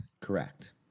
Correct